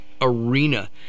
arena